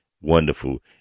wonderful